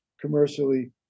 commercially